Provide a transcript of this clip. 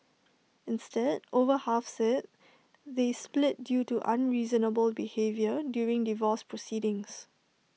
instead over half said they split due to unreasonable behaviour during divorce proceedings